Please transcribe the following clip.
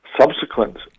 subsequent